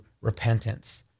repentance